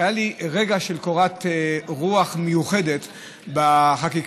שהיה לי רגע של קורת רוח מיוחדת בחקיקה.